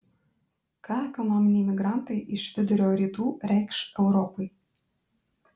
ką ekonominiai migrantai iš vidurio rytų reikš europai